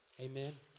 Amen